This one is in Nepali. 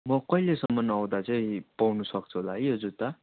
म कहिलेसम्म आउँदा चाहिँ पाउनु सक्छु होला है यो जुत्ता